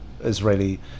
Israeli